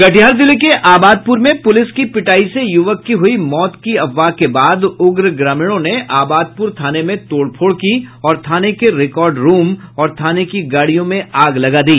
कटिहार जिले के आबादपुर में पुलिस की पिटाई से युवक की हुयी मौत की अफवाह के बाद उग्र ग्रामीणों ने आबादपुर थाने में तोड़फोड़ की और थाने के रिकॉर्ड रूम और थाने की गाडियों में आग लगा दी